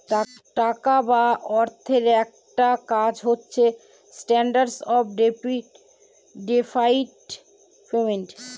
টাকা বা অর্থের একটা কাজ হচ্ছে স্ট্যান্ডার্ড অফ ডেফার্ড পেমেন্ট